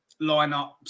lineups